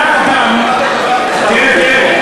תראה,